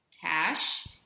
cash